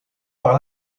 par